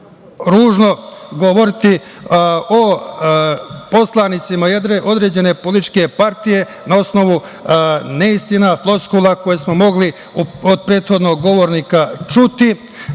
ružno govoriti o poslanicima jedne određene političke partije na osnovu neistina, floskula koje smo mogli od prethodnog govornika čuti